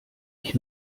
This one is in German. ich